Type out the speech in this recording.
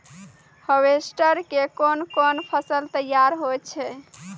Harvester के कोन कोन फसल तैयार होय छै?